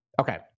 Okay